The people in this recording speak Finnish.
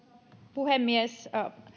puhemies